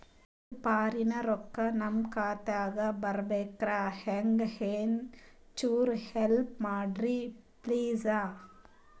ಇದು ಫಾರಿನ ರೊಕ್ಕ ನಮ್ಮ ಖಾತಾ ದಾಗ ಬರಬೆಕ್ರ, ಹೆಂಗ ಏನು ಚುರು ಹೆಲ್ಪ ಮಾಡ್ರಿ ಪ್ಲಿಸ?